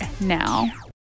now